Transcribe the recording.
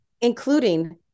including